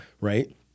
Right